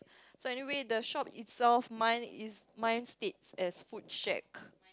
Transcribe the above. so anyway the shop itself mine is mine states as food shack